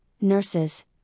nurses